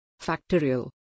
factorial